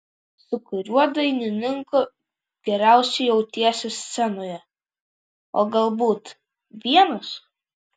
su kuriuo dainininku geriausiai jautiesi scenoje o galbūt vienas